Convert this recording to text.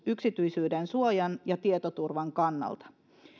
yksityisyydensuojan ja tietoturvan kannalta